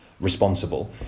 responsible